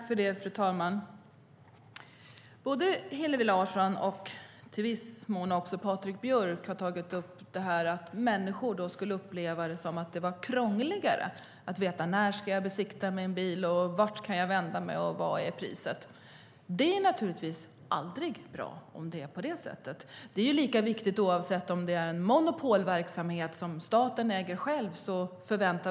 Fru talman! Både Hillevi Larsson och i viss mån Patrik Björck har tagit upp att människor skulle uppleva det som krångligare att veta när de ska besiktiga sin bil, vart de kan vända sig och vilket som är priset. Om det är på det sättet är det naturligtvis inte bra. Det är lika viktigt också om det är en monopolverksamhet som staten äger.